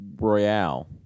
Royale